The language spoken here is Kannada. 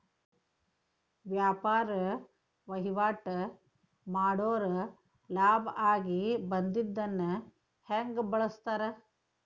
ವ್ಯಾಪಾರ್ ವಹಿವಾಟ್ ಮಾಡೋರ್ ಲಾಭ ಆಗಿ ಬಂದಿದ್ದನ್ನ ಹೆಂಗ್ ಬಳಸ್ತಾರ